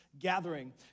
Gathering